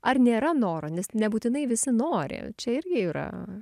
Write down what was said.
ar nėra noro nes nebūtinai visi nori čia irgi yra